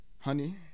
Honey